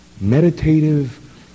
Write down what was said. meditative